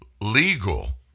legal